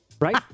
right